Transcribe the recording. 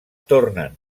tornen